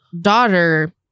daughter